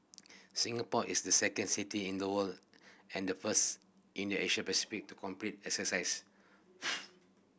Singapore is the second city in the world and the first in the Asia Pacific to complete exercise